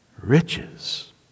riches